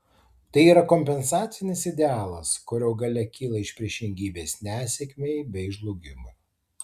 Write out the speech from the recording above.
tai yra kompensacinis idealas kurio galia kyla iš priešingybės nesėkmei bei žlugimui